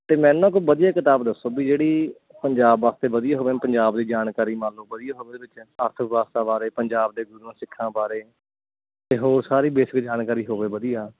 ਅਤੇ ਮੈਨੂੰ ਨਾ ਕੋਈ ਵਧੀਆ ਕਿਤਾਬ ਦੱਸੋ ਵੀ ਜਿਹੜੀ ਪੰਜਾਬ ਵਾਸਤੇ ਵਧੀਆ ਹੋਵੇ ਪੰਜਾਬ ਦੀ ਜਾਣਕਾਰੀ ਮੰਨ ਲਓ ਵਧੀਆ ਹੋਵੇ ਉਹਦੇ 'ਚ ਅਰਥ ਵਿਵਸਥਾ ਬਾਰੇ ਪੰਜਾਬ ਦੇ ਗੁਰੂਆਂ ਸਿੱਖਾਂ ਬਾਰੇ ਅਤੇ ਹੋਰ ਸਾਰੀ ਬੇਸਿਕ ਜਾਣਕਾਰੀ ਹੋਵੇ ਵਧੀਆ